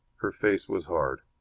her face was hard.